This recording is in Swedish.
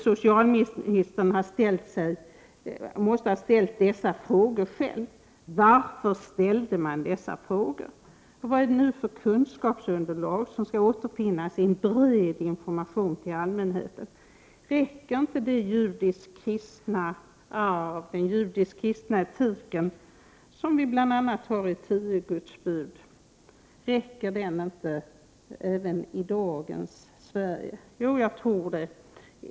Socialministern måste själv ha frågat sig: Varför ställde man denna fråga? Vad är det för kunskapsunderlag som skall återfinnas i en bred information till allmänheten? Räcker inte den judisk-kristna etiken, som vi bl.a. har i tio Guds bud? Räcker den inte även i dagens Sverige? Jo, jag tror det.